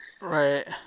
Right